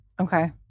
Okay